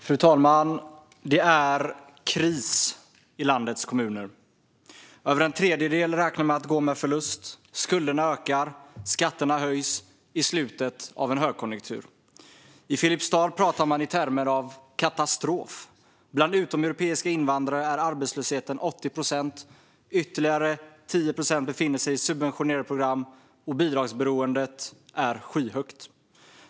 Fru talman! Det är kris i landets kommuner. Över en tredjedel av dem räknar med att gå med förlust. Skulderna ökar och skatterna höjs i slutet av en högkonjunktur. I Filipstad pratar man i termer av "katastrof" - bland utomeuropeiska invandrare är arbetslösheten 80 procent. Ytterligare 10 procent befinner sig i subventionerade program, och bidragsberoendet är skyhögt.